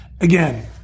Again